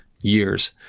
years